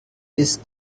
ist